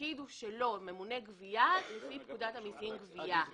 התפקיד הוא שלו ממונה גבייה לפי פקודת המיסים (גבייה).